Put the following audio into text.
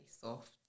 soft